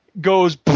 goes